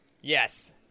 Yes